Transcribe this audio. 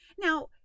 now